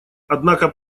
однако